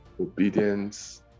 obedience